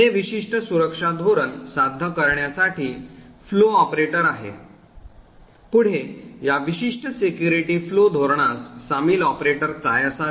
हे विशिष्ट सुरक्षा धोरण साध्य करण्यासाठी फ्लो ऑपरेटर आहे पुढे या विशिष्ट security flow धोरणास सामील ऑपरेटर काय असावे